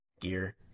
gear